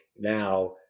now